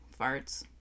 farts